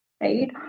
Right